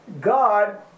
God